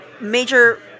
major